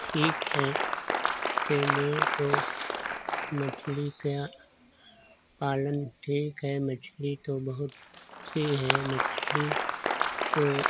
ठीक है उसके लिए तो मछली का पालन ठीक है मछली तो बहुत अच्छी है मछली तो